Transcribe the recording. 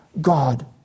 God